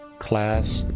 class,